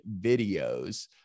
videos